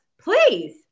please